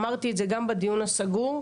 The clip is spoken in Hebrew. אמרתי את זה גם בדיון הסגור,